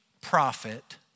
prophet